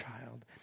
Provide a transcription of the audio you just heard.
child